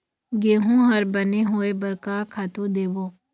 गेहूं हर बने होय बर का खातू देबो?